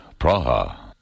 Praha